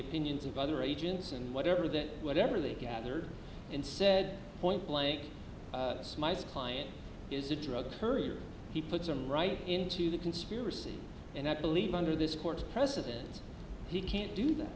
opinions of other agents and whatever that whatever they gathered and said point blank smites client is a drug couriers he puts them right into the conspiracy and i believe under this court's precedents he can't do that